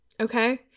okay